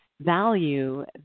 value